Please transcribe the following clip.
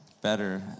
better